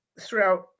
throughout